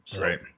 Right